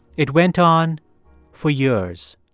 it went on for years.